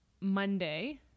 monday